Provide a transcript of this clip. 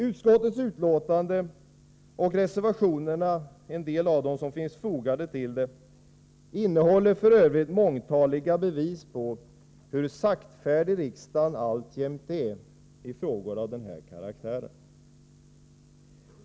Utskottets betänkande och en del av de reservationer som finns fogade till betänkandet innehåller f. ö. mångtaliga bevis på hur saktfärdig riksdagen alltjämt är i frågor av den här karaktären.